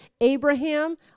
Abraham